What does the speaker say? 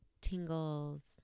tingles